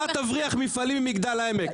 אתה תבריח מפעלים ממגדל העמק,